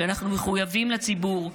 ואנחנו מחויבים לציבור,